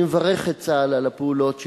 אני מברך את צה"ל על הפעולות שלו,